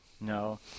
No